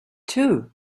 too